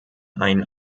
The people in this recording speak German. einen